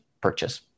purchase